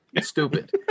Stupid